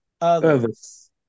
others